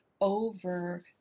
over